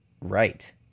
Right